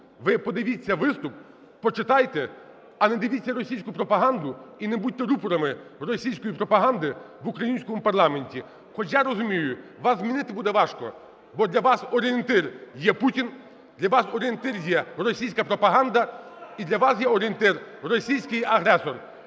ви подивіться виступ, почитайте, а не дивіться російську пропаганду і не будьте рупорами російської пропаганди в українському парламенті. Хоч я розумію, вас змінити буде важко, бо для вас орієнтир є Путін, для вас орієнтир є російська пропаганда і для вас є орієнтир російський агресор.